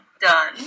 done